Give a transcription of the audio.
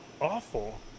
awful